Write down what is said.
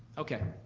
okay.